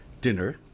dinner